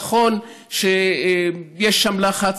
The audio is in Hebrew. נכון שיש שם לחץ,